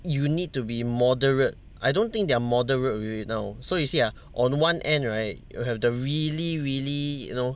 you need to be moderate I don't think they're moderate with it now so you see ah on one end right you have the really really you know